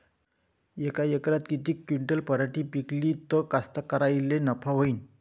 यका एकरात किती क्विंटल पराटी पिकली त कास्तकाराइले नफा होईन?